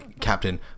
Captain